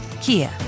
Kia